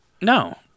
No